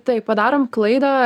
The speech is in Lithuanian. taip padarom klaidą